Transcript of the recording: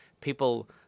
people